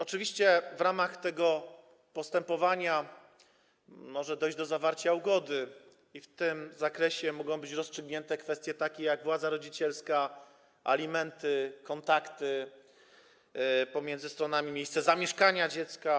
Oczywiście w ramach tego postępowania może dojść do zawarcia ugody i w tym zakresie mogą być rozstrzygnięte kwestie takie, jak kwestia władzy rodzicielskiej, alimentów, kontaktów pomiędzy stronami, miejsca zamieszkania dziecka.